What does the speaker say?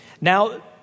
Now